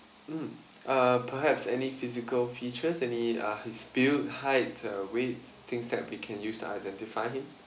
mm uh perhaps any physical features any uh his build height uh weight things that we can use to identify him